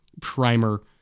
primer